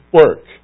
work